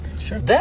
Sure